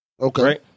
Okay